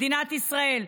מדינת ישראל,